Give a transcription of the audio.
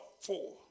four